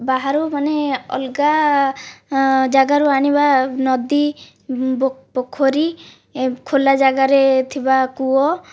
ବାହାରୁ ମାନେ ଅଲଗା ଜାଗାରୁ ଆଣିବା ନଦୀ ପୋଖରୀ ଖୋଲା ଜାଗାରେ ଥିବା କୂଅ